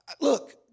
Look